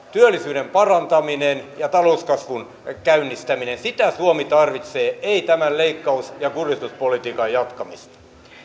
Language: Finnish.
työllisyyden parantaminen ja talouskasvun käynnistäminen sitä suomi tarvitsee ei tämän leikkaus ja kurjistuspolitiikan jatkamista